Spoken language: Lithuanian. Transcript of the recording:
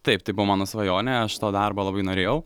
taip tai buvo mano svajonė aš to darbo labai norėjau